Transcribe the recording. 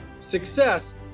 Success